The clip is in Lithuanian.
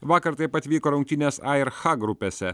vakar taip pat vyko rungtynės a ir h grupėse